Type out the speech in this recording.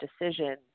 decisions